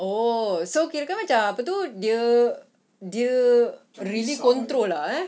oh so kirakan macam apa tu dia dia really control lah ya